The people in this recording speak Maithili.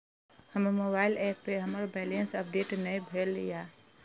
हमर मोबाइल ऐप पर हमर बैलेंस अपडेट ने भेल या